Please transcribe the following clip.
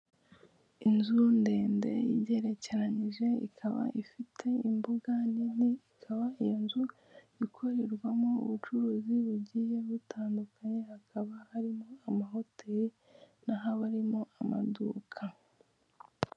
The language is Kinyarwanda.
Inzu ndende igerekeyije ikaba ifite imbuga nini ikaba iyo nzu ikorerwamo ubucuruzi bugiye butandukanye hakaba harimo amahoteli hakaba habarimo namaduka .